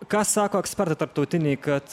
ką sako ekspertai tarptautiniai kad